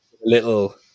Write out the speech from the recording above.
Little